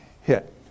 hit